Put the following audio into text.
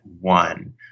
one